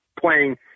playing